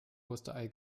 osterei